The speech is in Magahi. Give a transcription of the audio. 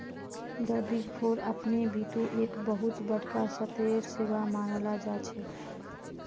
द बिग फोर अपने बितु एक बहुत बडका स्तरेर सेवा मानाल जा छेक